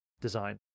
design